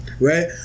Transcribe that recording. right